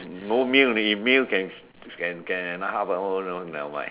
no meal if meal can can another half hour know never mind